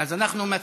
אני,